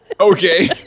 Okay